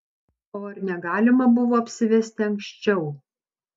o ar negalima buvo apsivesti anksčiau